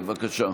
בבקשה.